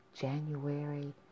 January